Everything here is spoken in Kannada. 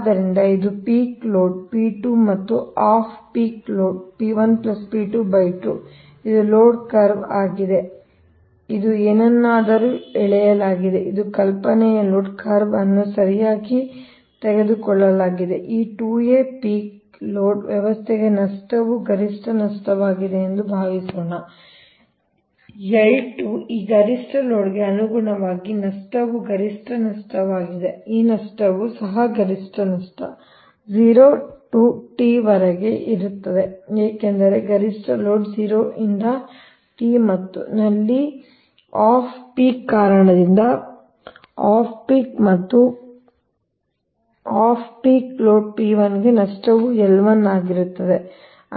ಆದ್ದರಿಂದ ಇದು ಪೀಕ್ ಲೋಡ್ P2 ಮತ್ತು off peak load P1 p22 ಇದು ಲೋಡ್ ಕರ್ವ್ ಆಗಿದೆ ಇದು ಏನನ್ನಾದರೂ ಎಳೆಯಲಾಗಿದೆ ಇದು ಕಲ್ಪನೆಯ ಲೋಡ್ ಕರ್ವ್ ಅನ್ನು ಸರಿಯಾಗಿ ತೆಗೆದುಕೊಳ್ಳಲಾಗಿದೆ ಈ 2 a ಪೀಕ್ ಲೋಡ್ ವ್ಯವಸ್ಥೆಗೆ ನಷ್ಟವು ಗರಿಷ್ಠ ನಷ್ಟವಾಗಿದೆ ಎಂದು ಭಾವಿಸೋಣ L2 ಈ ಗರಿಷ್ಠ ಲೋಡ್ಗೆ ಅನುಗುಣವಾಗಿ ನಷ್ಟವು ಗರಿಷ್ಠ ನಷ್ಟವಾಗಿದೆ ಈ ನಷ್ಟವೂ ಸಹ ಗರಿಷ್ಠ ನಷ್ಟ 0 ರಿಂದ t ವರೆಗೆ ಇರುತ್ತದೆ ಏಕೆಂದರೆ ಗರಿಷ್ಠ ಲೋಡ್ 0 ರಿಂದ t ಮತ್ತು ನಂತರ ಇಲ್ಲಿ ಆಫ್ ಪೀಕ್ ಕಾರಣದಿಂದ off peak off peak load P1 ಗೆ ನಷ್ಟವು L1 ಆಗಿರುತ್ತದೆ